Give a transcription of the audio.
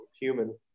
human